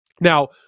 Now